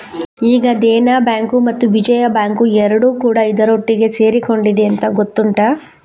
ಈಗ ದೇನಾ ಬ್ಯಾಂಕು ಮತ್ತು ವಿಜಯಾ ಬ್ಯಾಂಕು ಎರಡೂ ಕೂಡಾ ಇದರೊಟ್ಟಿಗೆ ಸೇರಿಕೊಂಡಿದೆ ಅಂತ ಗೊತ್ತುಂಟಾ